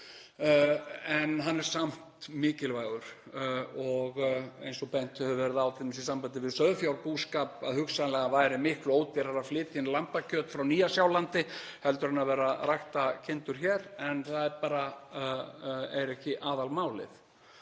en hann er samt mikilvægur eins og bent hefur verið á t.d. í sambandi við sauðfjárbúskap, að hugsanlega væri miklu ódýrara að flytja inn lambakjöt frá Nýja-Sjálandi heldur en að vera að rækta kindur hér en það er bara ekki aðalmálið.